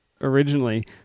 originally